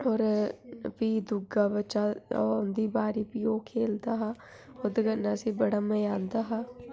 और फिर दूआ बच्चा औंदी बारी फ्ही ओह् खेढदा हा ओह्दे कन्नै उसी बड़ा मजा औंदा हा